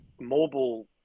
mobile